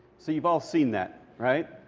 so you've all seen that, right?